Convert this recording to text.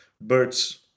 birds